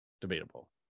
Debatable